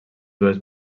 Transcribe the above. dues